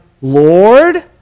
Lord